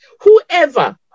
Whoever